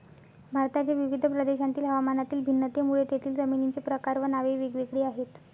भारताच्या विविध प्रदेशांतील हवामानातील भिन्नतेमुळे तेथील जमिनींचे प्रकार व नावे वेगवेगळी आहेत